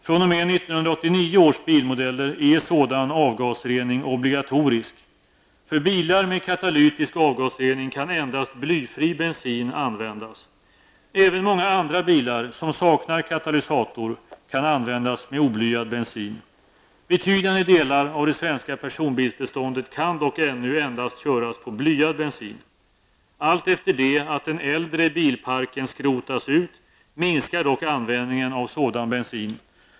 fr.o.m. 1989 års bilmodeller är sådan avgasrening obligatorisk. För bilar med katalytisk avgasrening kan endast blyfri bensin användas. Även många andra bilar, som saknar katalysator, kan användas med oblyad bensin. Betydande delar av det svenska personbilsbeståndet kan dock ännu endast köras på blyad bensin. Alltefter det att den äldre bilparken skrotas ut minskar dock användningen av sådan bensin.